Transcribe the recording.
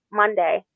monday